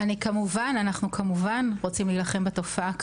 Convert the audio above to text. אנחנו כמובן רוצים להילחם בתופעה.